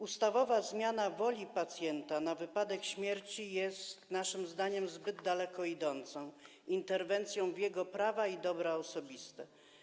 Ustawowa zmiana woli pacjenta na wypadek śmierci jest naszym zdaniem zbyt daleko idącą interwencją w jego prawa i dobra osobiste.